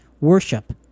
worship